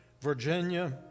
Virginia